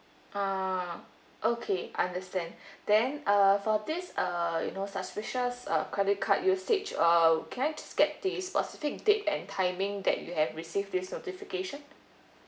uh okay understand then uh for this uh you know suspicious uh credit card usage uh can I just get days or speak date and timing that you have received the notification